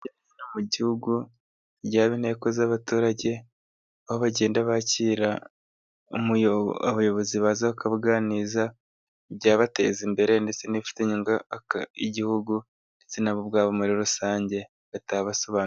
Mu gihugu ryaba inteko z'abaturage, aho bagenda bakira abayobozi bazaganiza ibyabateza imbere, ndetse n'ifitiye inyungu igihugu, ndetse nabo ubwabo muri rusange batabasobanuriye.